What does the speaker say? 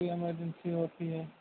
کوئی ایمرجنسی ہوتی ہے